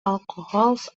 alcohols